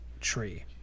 tree